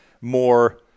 more